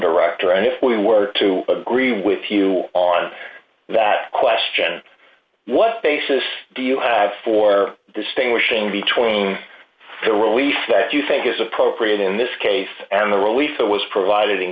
director and if we were to agree with you on that question what basis do you have for distinguishing between the release that you think is appropriate in this case and the relief that was provided in